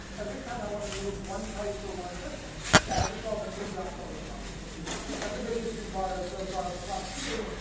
every time i want to move one price for one person i have to solve a new graph coloring problem. which is everybody has been bought out so far plus you.